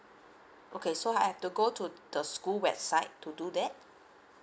okay so I have to go to the school website to do that